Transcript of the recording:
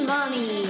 Mommy